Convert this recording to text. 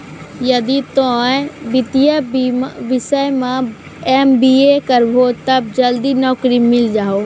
यदि तोय वित्तीय विषय मे एम.बी.ए करभो तब जल्दी नैकरी मिल जाहो